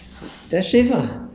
um okay lah